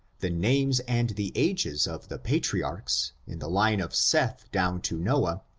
the names and the ages of the patriarchs, in the line of seth down to noah,